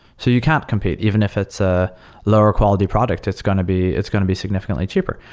so you cannot compete even if it's a lower quality product. it's going to be it's going to be significantly cheaper.